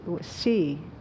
see